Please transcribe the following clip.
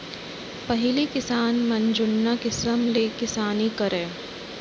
पहिली किसान मन जुन्ना किसम ले किसानी करय